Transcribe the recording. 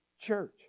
church